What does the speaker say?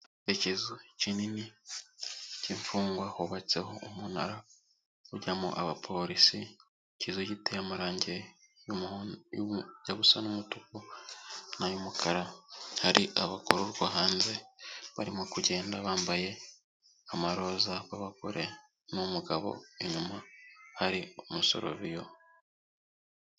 Ikerekezo kinini k'imfungwa hubatseho umunara ujyamo abapolisi. Ikizu giteye amarange ajya gusa n'umutuku, nay'umukara hari abagororwa hanze barimo kugenda bambaye amaroza abagore n'umugabo inyuma hari umuseriviya.